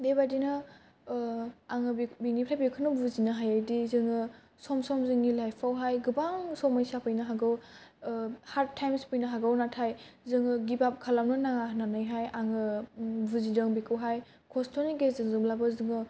बेबादिनो आङो बिनिफ्राय बेखौनो बुजिनो हायो दि जोङो सम सम जोंनि लाइफावहाय गोबां समैसा फैनो हागौ हार्द टाइमस फैनो हागौ नाथाय जोङो गिब आफ खालामनो नाङा होननानै हाय आङो बुजिदों बिखौहाय खस्थ' नि गेजेरजोंब्लाबो जोङो